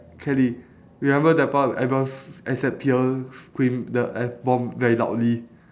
kelly you remember that part when everyone s~ except pierre scream the F bomb very loudly